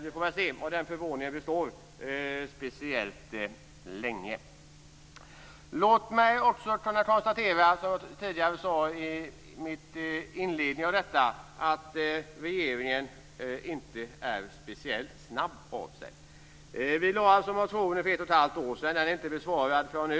Vi får väl se om den förvåningen består speciellt länge. Som jag tidigare sade i inledningen av mitt anförande är regeringen inte speciellt snabb. Vi väckte motionen för ett och ett halvt år sedan. Den är inte besvarad förrän nu.